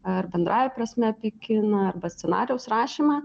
ar bendrąja prasme apie kiną arba scenarijaus rašymą